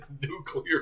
nuclear